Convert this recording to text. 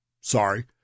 Sorry